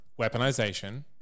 Weaponization